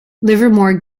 livermore